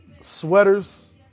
sweaters